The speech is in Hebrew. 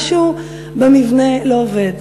משהו במבנה לא עובד.